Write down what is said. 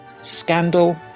scandal